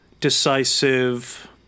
decisive